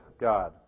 God